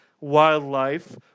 Wildlife